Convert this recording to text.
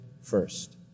first